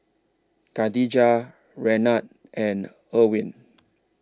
Kadijah Renard and Ervin